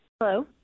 Hello